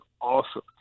awesome